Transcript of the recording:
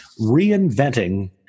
reinventing